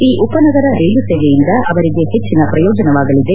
ಈ ಉಪನಗರ ರೈಲು ಸೇವೆಯಿಂದ ಅವರಿಗೆ ಹೆಚ್ಚಿನ ಪ್ರಯೋಜನವಾಗಲಿದೆ